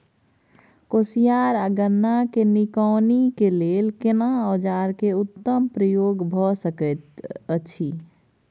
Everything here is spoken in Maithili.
कोसयार आ गन्ना के निकौनी के लेल केना औजार के उत्तम प्रयोग भ सकेत अछि?